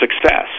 success